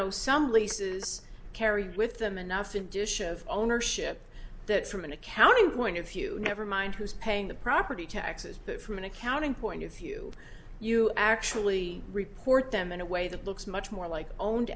know some leases carry with them enough in addition of ownership that from an accounting point of view never mind who's paying the property taxes but from an accounting point of view you actually report them in a way that looks much more like owned